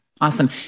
Awesome